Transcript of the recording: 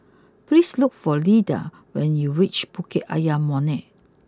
please look for Ilda when you reach Bukit Ayer Molek